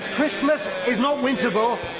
christmas is not winterval,